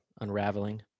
unraveling